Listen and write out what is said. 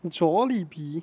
Jollibee